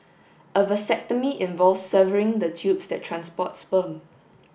a vasectomy involves severing the tubes that transport sperm